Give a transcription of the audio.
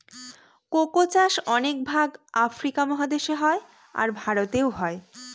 cocoa চাষ অনেক ভাগ আফ্রিকা মহাদেশে হয়, আর ভারতেও হয়